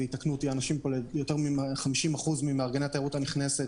יותר מ-50% ממארגני התיירות הנכנסת,